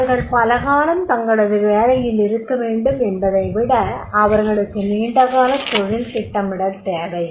அவர்கள் பல காலம் தங்களது வேலையில் இருக்கவேண்டும் என்பதை விட அவர்களுக்கு நீண்ட கால தொழில் திட்டமிடல் தேவை